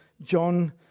John